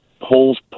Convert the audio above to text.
holes